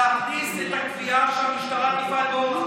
להכניס את הקביעה שהמשטרה תפעל באורח